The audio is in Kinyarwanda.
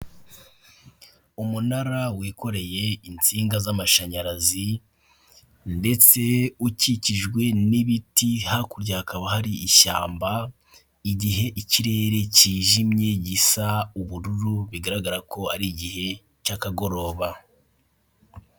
Umunara wikoreye insinga z'amashanyarazi ndetse ukikijwe n'ibiti hakurya hakaba hari ishyamba, igihe ikirere cyijimye gisa ubururu bigaragara ko ari igihe cy'akagoroba.